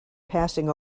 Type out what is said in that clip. passing